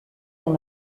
dans